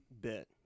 bit